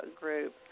group